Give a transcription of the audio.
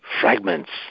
fragments